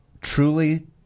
truly